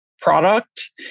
product